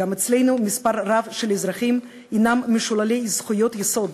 גם אצלנו מספר רב של אזרחים הם משוללי זכויות יסוד,